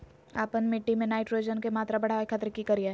आपन मिट्टी में नाइट्रोजन के मात्रा बढ़ावे खातिर की करिय?